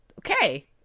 Okay